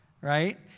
right